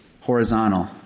horizontal